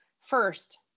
First